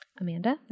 Amanda